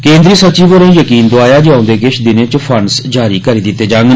केन्द्रीय सचिव होरें यकीन दोआया जे औंदे किश दिनें च फंडस जारी करी दित्ते जांडन